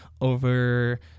over